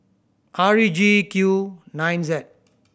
R E G Q nine Z